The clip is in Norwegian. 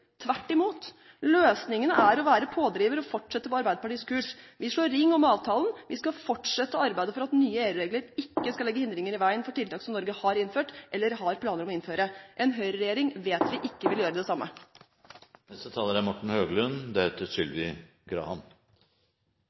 tvert imot. Løsningene er å være pådrivere og fortsette med Arbeiderpartiets kurs. Vi slår ring om avtalen. Vi skal fortsatt arbeide for at nye EU-regler ikke skal legge hindringer i veien for tiltak som Norge har innført, eller har planer om å innføre. En høyreregjering vet vi ikke vil gjøre det